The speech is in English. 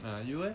ya you eh